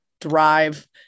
drive